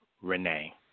Renee